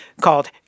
called